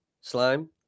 slime